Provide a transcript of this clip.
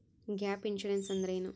Gap insurance ಅಂದ್ರೇನು?